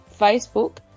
Facebook